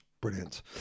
Brilliant